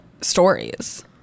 stories